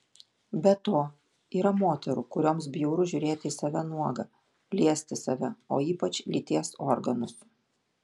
be to yra moterų kurioms bjauru žiūrėti į save nuogą liesti save o ypač lyties organus